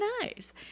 nice